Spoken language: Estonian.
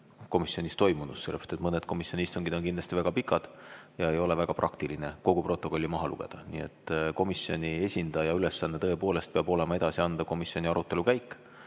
komisjonis toimunust. Mõned komisjoni istungid on kindlasti väga pikad ja ei ole väga praktiline kogu protokolli maha lugeda. Nii et komisjoni esindaja ülesanne tõepoolest on edasi anda komisjoni arutelu käiku,